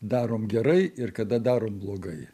darom gerai ir kada darom blogai